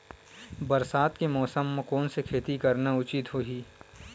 बरसात के मौसम म कोन से खेती करना उचित होही?